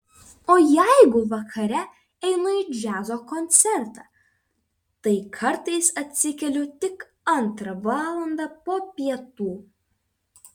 o jeigu vakare einu į džiazo koncertą tai kartais atsikeliu tik antrą valandą po pietų